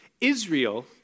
Israel